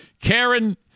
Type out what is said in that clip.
Karen